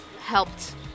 helped